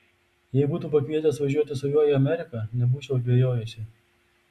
jei būtų pakvietęs važiuoti su juo į ameriką nebūčiau dvejojusi